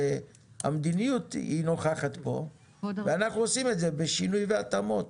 והמדיניות נוכחת כאן ואנחנו עושים את זה בשינוי והתאמות.